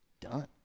done